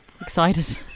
excited